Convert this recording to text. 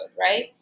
right